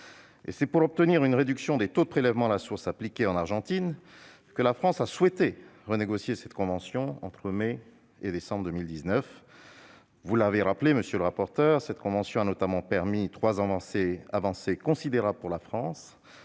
C'est pour obtenir une réduction des taux de prélèvement à la source appliqués en Argentine que la France a souhaité renégocier cette convention, entre les mois de mai et décembre 2019. Vous l'avez rappelé, monsieur le rapporteur, cette convention a notamment permis trois avancées considérables pour la France